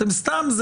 זה סתם,